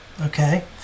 okay